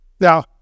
Now